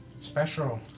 special